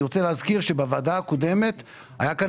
אני רוצה להזכיר שבדיון הקודם של הוועדה היה כאן